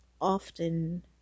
often